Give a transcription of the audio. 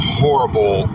horrible